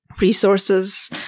resources